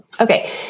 Okay